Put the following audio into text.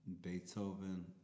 Beethoven